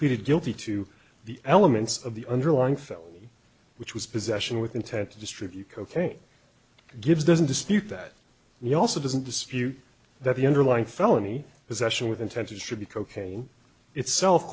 pleaded guilty to the elements of the underlying felony which was possession with intent to distribute cocaine gives doesn't dispute that he also doesn't dispute that the underlying felony possession with intent to distribute cocaine itself